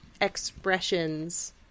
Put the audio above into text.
expressions